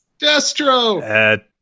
Destro